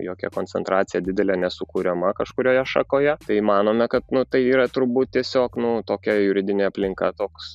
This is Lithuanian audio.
jokia koncentracija didelė nesukuriama kažkurioje šakoje tai manome kad nu tai yra turbūt tiesiog nu tokia juridinė aplinka toks